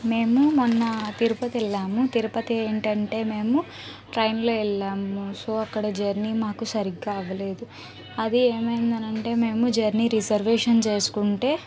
మేము మొన్న తిరుపతెల్లాము తిరుపతేంటంటే మేము ట్రయిన్లో వెల్లాము సో అక్కడ జర్నీ మాకు సరిగ్గా అవ్వలేదు అదే ఎమైందనంటే మేము జర్నీ రిజర్వేషన్ చేస్కుంటే